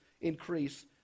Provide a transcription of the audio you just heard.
increase